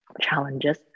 challenges